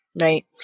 right